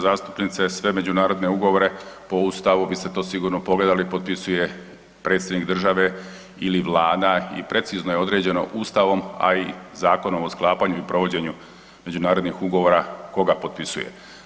Uvažena zastupnice, sve međunarodne ugovore po Ustavu, vi s te to sigurno pogledali, potpisuje Predsjednik države ili Vlada i precizno je određeno Ustavom a i Zakonom o sklapanju i provođenju međunarodnih ugovora tko ga potpisuje.